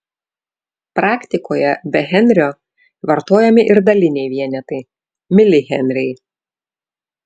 praktikoje be henrio vartojami ir daliniai vienetai milihenriai